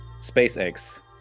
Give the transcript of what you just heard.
SpaceX